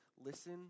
listen